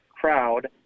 crowd